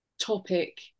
topic